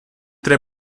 tre